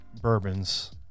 bourbons